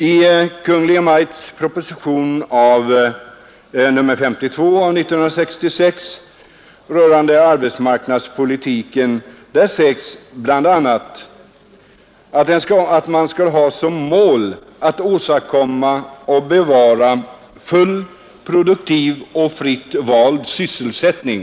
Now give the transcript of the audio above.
I Kungl. Maj:ts proposition nr 52 år 1966 rörande arbetsmarknadspolitiken sägs bl.a. att man skall ha som mål att åstadkomma och bevara full, produktiv och fritt vald sysselsättning.